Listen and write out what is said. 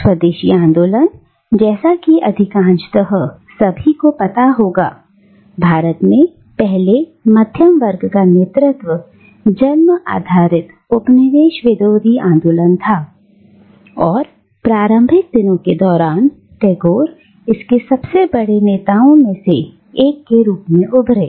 स्वदेशी आंदोलन जैसा कि अधिकांशतः सभी को पता होगा भारत में पहले मध्यम वर्ग का नेतृत्व जन्म आधारित उपनिवेश विरोधी आंदोलन था और प्रारंभिक दिनों के दौरान टैगोर इसके सबसे बड़े नेताओं में से एक के रूप में उभरे